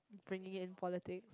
bringing in politics